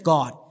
God